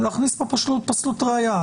להכניס פה פשוט פסלות ראיה.